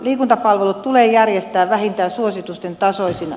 liikuntapalvelut tulee järjestää vähintään suositusten tasoisina